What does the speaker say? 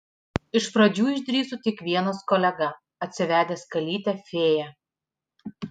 iš pradžių išdrįso tik vienas kolega atsivedęs kalytę fėją